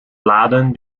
laden